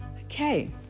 Okay